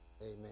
amen